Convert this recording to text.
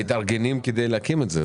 הם מתארגנים כדי להקים את זה.